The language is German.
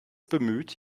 bemüht